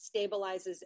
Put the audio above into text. stabilizes